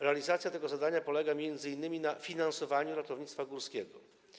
Realizacja tego zadania polega m.in. na finansowaniu ratownictwa górskiego.